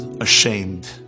ashamed